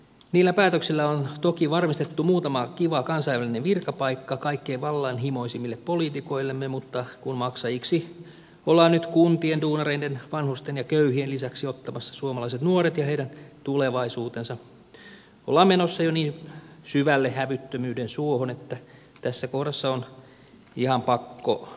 niillä päätöksillä on toki varmistettu muutama kiva kansainvälinen virkapaikka kaikkein vallanhimoisimmille poliitikoillemme mutta kun maksajiksi ollaan nyt kuntien duunareiden vanhusten ja köyhien lisäksi ottamassa suomalaiset nuoret ja heidän tulevaisuutensa ollaan menossa jo niin syvälle hävyttömyyden suohon että tässä kohdassa on ihan pakko viheltää peli poikki